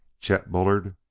chet bullard.